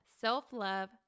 self-love